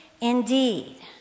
indeed